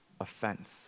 offense